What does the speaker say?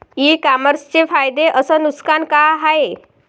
इ कामर्सचे फायदे अस नुकसान का हाये